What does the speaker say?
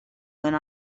went